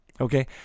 okay